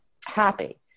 happy